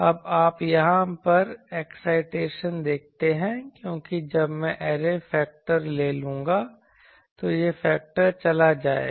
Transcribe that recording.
अब आप यहाँ पर एक्साइटेशन देखते हैं क्योंकि जब मैं एरे फैक्टर ले लूंगा तो यह फैक्टर चला जाएगा